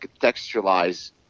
contextualize